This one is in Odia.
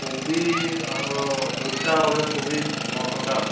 କୋବି ଆମର ଗୋଟା ଅବିକା କୋବି ନଅ ଟଙ୍କା ଆସୁଛି